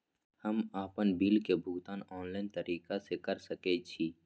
हम आपन बिल के भुगतान ऑनलाइन तरीका से कर सके छी?